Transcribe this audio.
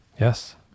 Yes